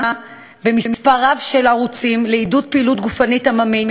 במספר רב של ערוצים לעידוד פעילות גופנית עממית